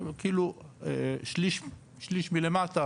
אבל שליש מלמטה,